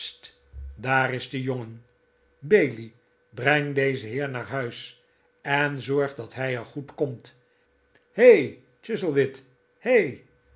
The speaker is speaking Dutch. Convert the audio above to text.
daar is de jongen bailey breng dezen heer naar zijn huis en zorg dat hi er goed komt her chuzzlewit hei